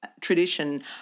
tradition